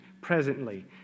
presently